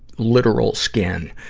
literal skin.